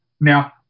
now